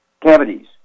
Cavities